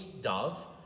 dove